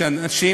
כשאנשים